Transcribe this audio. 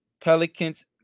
Pelicans